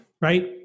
right